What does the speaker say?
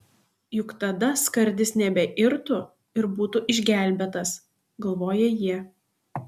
juk tada skardis nebeirtų ir būtų išgelbėtas galvoja jie